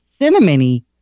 cinnamony